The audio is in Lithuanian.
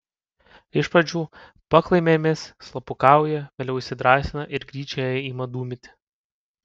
iš pradžių paklaimėmis slapukauja vėliau įsidrąsina ir gryčioje ima dūmyti